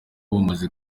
bumaze